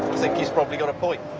think he's probably got a point.